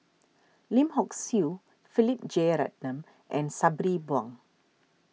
Lim Hock Siew Philip Jeyaretnam and Sabri Buang